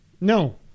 No